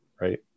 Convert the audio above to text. Right